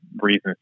reasons